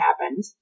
happened